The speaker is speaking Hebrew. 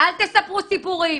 אל תספרו סיפורים.